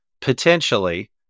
potentially